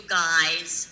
guys